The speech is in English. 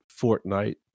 Fortnite